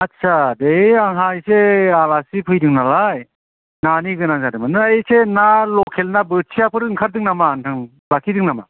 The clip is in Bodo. आस्सा बे आंहा एसे आलासि फैदों नालाय नानि गोनां जादोंमोन नोंनाव एसे ना ल'केल ना बोथियाफोर ओंखारदों नामा नोंथां लाखिदों नामा